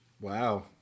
wow